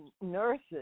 nurses